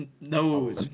No